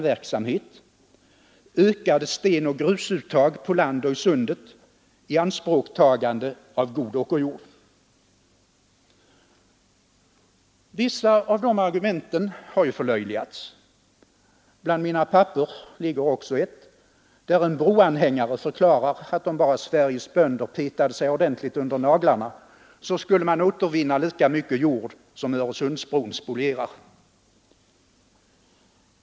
Vissa av dessa argument har förlöjligats. Bland mina papper ligger t.ex. ett där en broanhängare förklarar att om bara Sveriges bönder petade sig ordentligt under naglarna, så skulle man återvinna lika mycket jord som Öresundsbron spolierar.